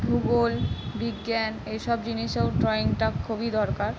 ভূগোল বিজ্ঞান এসব জিনিসেও ড্রয়িংটা খুবই দরকার